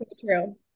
true